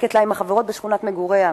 מטופלת בשירותי הרווחה,